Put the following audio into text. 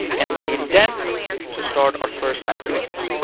and we indent to start our first sentence.